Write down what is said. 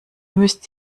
müsst